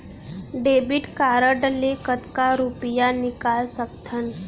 Debit card ले कतका रुपिया निकाल सकथन?